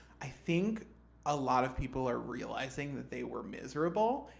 i think a lot of people are realizing that they were miserable,